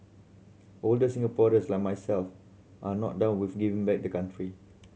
older Singaporeans like myself are not done with giving back the country